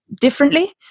differently